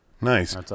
Nice